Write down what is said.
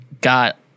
got